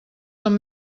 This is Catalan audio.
són